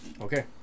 Okay